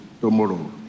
tomorrow